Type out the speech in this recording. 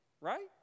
Right